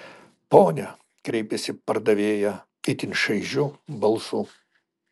pone kreipėsi pardavėja itin šaižiu balsu